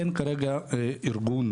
אין כרגע ארגון,